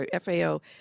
FAO